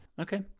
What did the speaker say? Okay